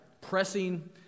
pressing